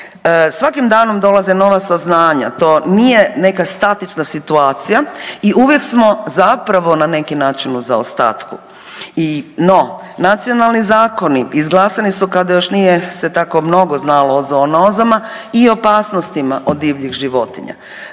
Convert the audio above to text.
svakim danom dolaze nova saznanja. To nije neka statična situacija i uvijek smo zapravo na neki način u zaostatku. No, nacionalni zakoni izglasani su kada još nije se tako mnogo znalo o zoonozama i opasnostima od divljih životinja.